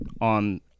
on